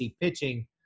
pitching –